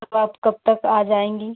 तो आप कब तक आ जाएँगी